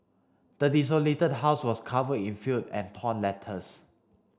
the desolated house was covered in filth and torn letters